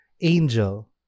angel